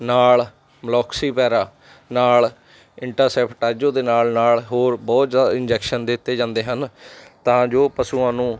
ਨਾਲ ਮਲੋਕਸੀਵੈਰਾ ਨਾਲ ਇੰਟਾਸੈਫਟੈਜੋ ਦੇ ਨਾਲ ਨਾਲ ਹੋਰ ਬਹੁਤ ਜ਼ਿਆਦਾ ਇੰਜੈਕਸ਼ਨ ਦਿੱਤੇ ਜਾਂਦੇ ਹਨ ਤਾਂ ਜੋ ਪਸ਼ੂਆਂ ਨੂੰ